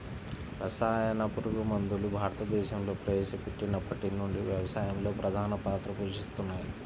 రసాయన పురుగుమందులు భారతదేశంలో ప్రవేశపెట్టినప్పటి నుండి వ్యవసాయంలో ప్రధాన పాత్ర పోషిస్తున్నాయి